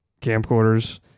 camcorders